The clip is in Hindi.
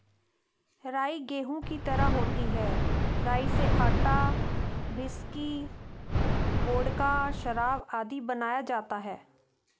राई गेहूं की तरह होती है राई से आटा, व्हिस्की, वोडका, शराब आदि बनाया जाता है